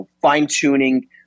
fine-tuning